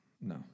No